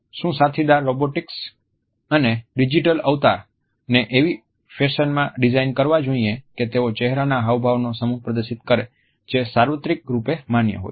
શું સાથીદાર રોબોટ્સ અને ડિજિટલ અવતાર ને એવી ફેશનમાં ડિઝાઇન કરવા જોઈએ કે તેઓ ચહેરાના હાવભાવનો સમૂહ પ્રદર્શિત કરે જે સાર્વત્રિક રૂપે માન્ય હોય